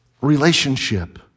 Relationship